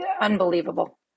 unbelievable